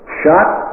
shot